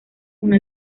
una